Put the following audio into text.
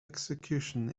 execution